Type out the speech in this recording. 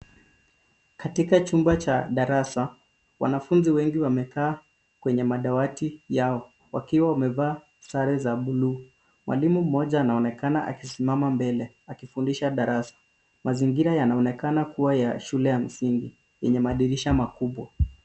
Katika chumba cha darasa, wanafunzi wengi wamekaa kwenye madawati yao wakiwa wamevaa sare za bluu. Mwalimu moja anaonekana akisimama mbele akifundisha darasa. Mazingira yanaonekana kua ya shule ya msingi yenye madirisha makubwa.